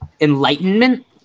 enlightenment